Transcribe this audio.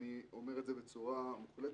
אני אומר את זה בצורה מוחלטת,